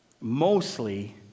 Mostly